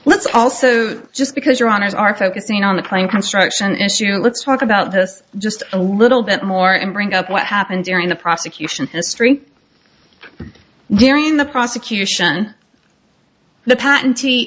let's also just because your honour's are focusing on the plane construction issue let's talk about this just a little bit more and bring up what happened during the prosecution history during the prosecution the